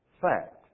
fact